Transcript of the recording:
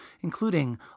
including